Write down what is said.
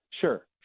sure